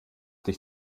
dich